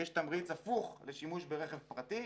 יש תמריץ הפוך לשימוש ברכב פרטי.